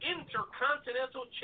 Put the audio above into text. Intercontinental